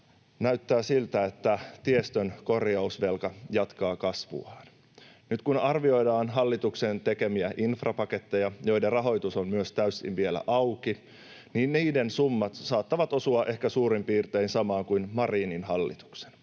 näyttää siltä, että tiestön korjausvelka jatkaa kasvuaan. Nyt kun arvioidaan hallituksen tekemiä infrapaketteja, joiden rahoitus myös on vielä täysin auki, niin niiden summat saattavat osua ehkä suurin piirtein samaan kuin Marinin hallituksen.